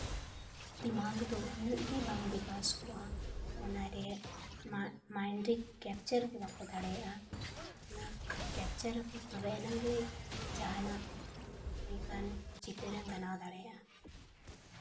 ᱫᱤᱢᱟᱜᱽ ᱫᱚ ᱩᱱᱟᱹᱜ ᱜᱮ ᱵᱟᱝ ᱵᱤᱠᱟᱥ ᱠᱚᱜᱼᱟ ᱚᱱᱟ ᱨᱮ ᱢᱟᱭᱤᱱᱰ ᱨᱮ ᱠᱮᱯᱪᱟᱨ ᱜᱮ ᱵᱟᱝ ᱠᱚ ᱫᱟᱲᱮᱭᱟᱜᱼᱟ ᱚᱱᱟ ᱠᱮᱯᱪᱟᱨ ᱟᱠᱚ ᱛᱚᱵᱮ ᱟᱱᱟᱜ ᱜᱮ ᱡᱟᱦᱟᱱᱟᱜ ᱚᱱᱠᱟᱱ ᱪᱤᱛᱟᱹᱨᱮᱢ ᱵᱮᱱᱟᱣ ᱫᱟᱲᱮᱭᱟᱜᱼᱟ